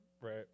Right